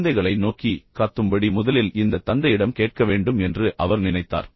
குழந்தைகளை நோக்கி கத்தும்படி முதலில் இந்த தந்தையிடம் கேட்க வேண்டும் என்று அவர் நினைத்தார்